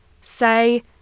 say